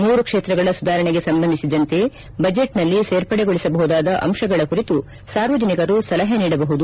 ಮೂರು ಕ್ಷೇತ್ರಗಳ ಸುಧಾರಣೆಗೆ ಸಂಬಂಧಿಸಿದಂತೆ ಬಜೆಟ್ನಲ್ಲಿ ಸೇರ್ಪಡೆಗೊಳಿಸಬಹುದಾದ ಅಂಶಗಳ ಕುರಿತು ಸಾರ್ವಜನಿಕರು ಸಲಹೆ ನೀಡಬಹುದು